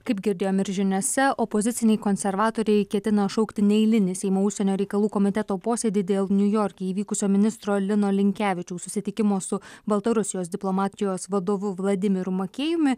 kaip girdėjom ir žiniose opoziciniai konservatoriai ketina šaukti neeilinį seimo užsienio reikalų komiteto posėdį dėl niujorke įvykusio ministro lino linkevičiaus susitikimo su baltarusijos diplomatijos vadovu vladimiru makėjumi